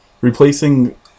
replacing